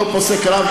אני לא פוסק רב.